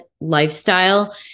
lifestyle